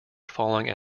falling